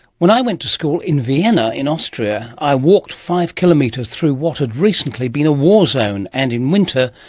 when i went to school, in vienna, in austria, i walked five kilometres through what had recently been a war zone and, in winter,